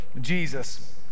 Jesus